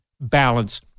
balance